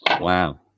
wow